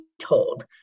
told